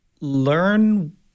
learn